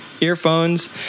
earphones